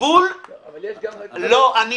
יש גבול --- אבל יש גם --- לא.